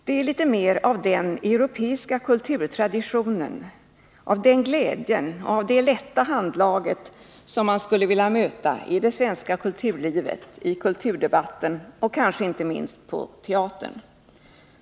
Det är litet mer av den europeiska kulturtraditionen, av den glädjen, av det lätta handlaget man skulle vilja möta i det svenska kulturlivet, i kulturdebatten och kanske inte minst på teatern.